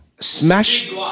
Smash